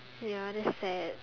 ya that's sad